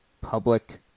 public –